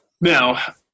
now